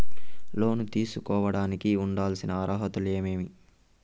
లోను తీసుకోడానికి ఉండాల్సిన అర్హతలు ఏమేమి?